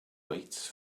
waits